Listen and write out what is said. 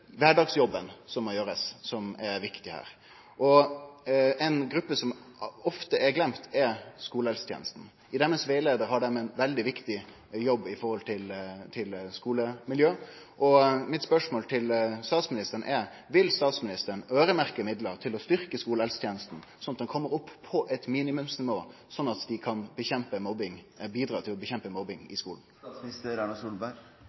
I rettleiaren deira har dei gjort ein veldig viktig jobb når det gjeld skulemiljø, og mitt spørsmål til statsministeren er: Vil statsministeren øyremerke midlar til å styrkje skulehelsetenesta, slik at ho kjem opp på eit minimumsnivå og dei kan bidra til å kjempe mot mobbing